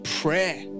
prayer